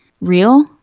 real